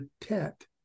tet